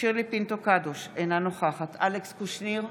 שירלי פינטו קדוש, אינה נוכחת אלכס קושניר,